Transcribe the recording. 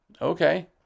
Okay